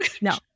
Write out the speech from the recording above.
No